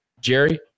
Jerry